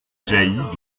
jaillit